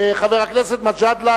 חבר הכנסת מג'אדלה,